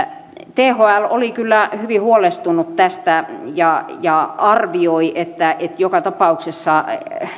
thl oli kyllä hyvin huolestunut tästä ja ja arvioi että että joka tapauksessa